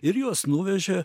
ir juos nuvežė